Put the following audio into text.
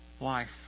life